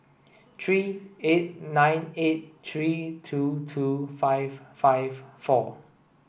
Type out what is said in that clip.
three eight nine eight three two two five five four